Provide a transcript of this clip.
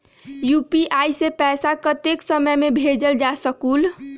UPI से पैसा कतेक समय मे भेजल जा स्कूल?